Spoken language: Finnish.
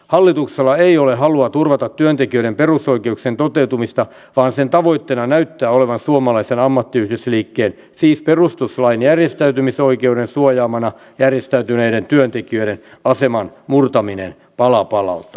hallituksella ei ole halua turvata työntekijöiden perusoikeuksien toteutumista vaan sen tavoitteena näyttää olevan suomalaisen ammattiyhdistysliikkeen siis perustuslain järjestäytymisoikeuden suojaamana järjestäytyneiden työntekijöiden aseman murtaminen pala palalta